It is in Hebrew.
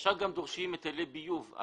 עכשיו גם דורשים היטלי ביוב.